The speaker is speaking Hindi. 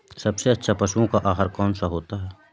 सबसे अच्छा पशुओं का आहार कौन सा होता है?